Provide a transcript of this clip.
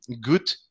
good